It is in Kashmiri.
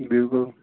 بلکل